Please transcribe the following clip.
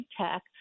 tech